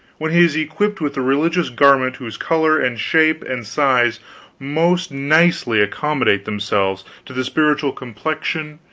when he is equipped with the religious garment whose color and shape and size most nicely accommodate themselves to the spiritual complexion,